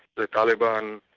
the taliban,